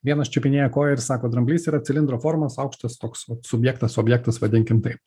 vienas čiupinėja koją ir sako dramblys yra cilindro formos aukštas toks subjektas objektas vadinkim taip